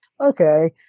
Okay